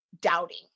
doubting